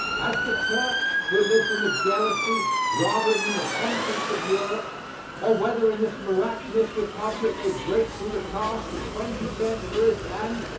as the turk, who lives in the jealousy rather than in the conscience of europe or whether in this miraculous republic they break through the caste of twenty centuries and,